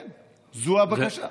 כן, זו הבקשה.